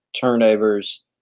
turnovers